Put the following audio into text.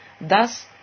Thus